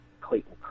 Clayton